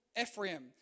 Ephraim